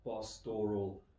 pastoral